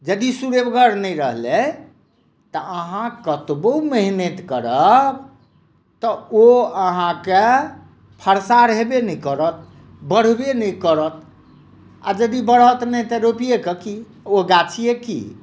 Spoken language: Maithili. यदि सुरेबगर नहि रहलै तँ अहाँ कतबो मेहनति करब तँ ओ अहाँके परसार हेबे नहि करत बढ़बे नहि करत आ यदि बढ़बे नहि करत तँ रोपिये कय की ओ गाछिये की